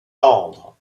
tendre